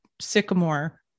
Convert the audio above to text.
sycamore